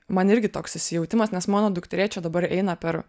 man irgi toks įsijautimas nes mano dukterėčia dabar eina per